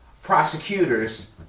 prosecutors